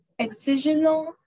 excisional